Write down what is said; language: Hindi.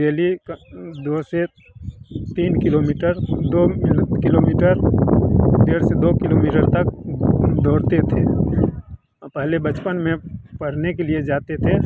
डेली क दो से तीन दो किलोमीटर डेढ़ से दो किलोमीटर तक दौड़ते थे पहले बचपन में पढ़ने के लिए जाते थे